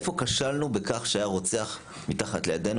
איפה כשלנו בכך שהרוצח מתחת לידנו?